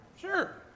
Sure